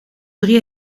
drie